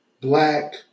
black